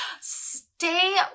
stay